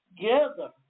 together